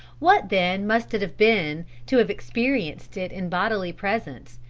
what then must it have been to have experienced it in bodily presence,